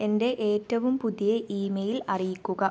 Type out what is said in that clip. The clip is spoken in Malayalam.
എന്റെ ഏറ്റവും പുതിയ ഇമെയില് അറിയിക്കുക